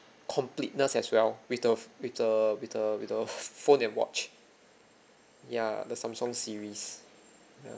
completeness as well with the with the with the with the phone and watch ya the Samsung series ya